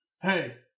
Hey